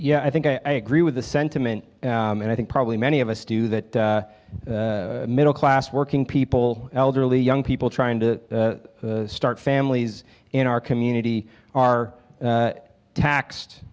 yeah i think i agree with the sentiment and i think probably many of us do that middle class working people elderly young people trying to start families in our community are taxed